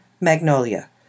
Magnolia